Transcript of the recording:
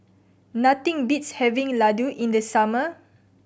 nothing beats having Ladoo in the summer